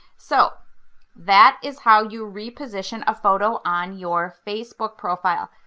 so that is how you reposition a photo on your facebook profile.